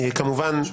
כמובן,